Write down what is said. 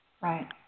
Right